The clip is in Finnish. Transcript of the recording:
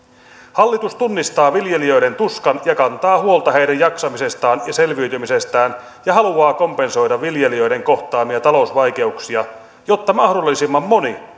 hallitus tunnistaa viljelijöiden tuskan ja kantaa huolta heidän jaksamisestaan ja selviytymisestään ja haluaa kompensoida viljelijöiden kohtaamia talousvaikeuksia jotta mahdollisimman moni